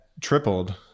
tripled